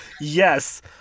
Yes